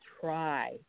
try